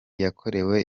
yakorewe